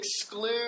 exclude